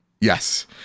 Yes